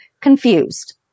confused